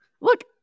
Look